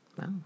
Wow